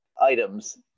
items